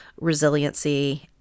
resiliency